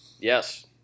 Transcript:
yes